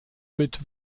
mit